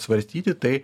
svarstyti tai